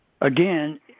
again